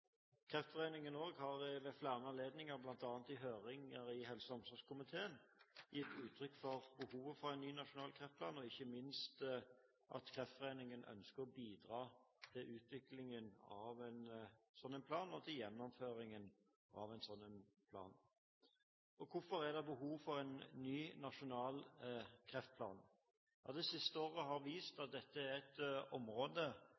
har også ved flere anledninger – bl.a. i høringer i helse- og omsorgskomiteen – gitt uttrykk for behovet for en ny nasjonal kreftplan, og ikke minst at Kreftforeningen ønsker å bidra til utviklingen og gjennomføringen av en sånn plan. Hvorfor er det behov for en ny nasjonal kreftplan? Det siste året har vist at dette er et område